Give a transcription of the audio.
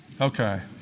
Okay